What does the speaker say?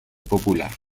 popular